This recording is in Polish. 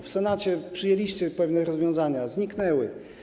W Senacie przyjęliście pewne rozwiązania, zniknęły.